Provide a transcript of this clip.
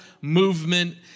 movement